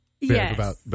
Yes